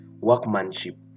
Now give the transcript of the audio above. workmanship